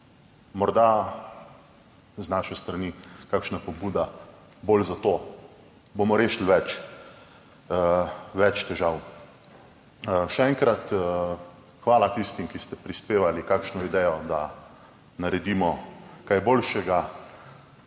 Morda z naše strani kakšna pobuda bolj za to, bomo rešili več težav. Še enkrat hvala tistim, ki ste prispevali kakšno idejo, da naredimo kaj boljšega.